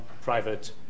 private